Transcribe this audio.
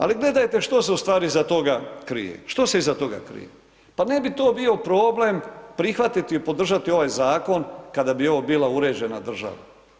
Ali gledajte što se u stvari iza toga krije, što se iza toga krije, pa ne bi to bio problem prihvatiti i podržati ovaj zakon kada bi ovo bila uređena država.